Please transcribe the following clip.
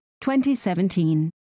2017